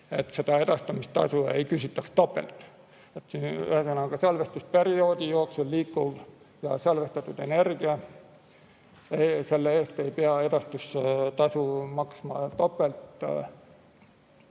et edastamistasu ei küsitaks topelt. Ühesõnaga, salvestusperioodi jooksul salvestatud energia eest ei pea edastustasu maksma topelt.